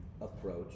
approach